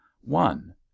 one